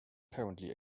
apparently